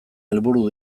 helburu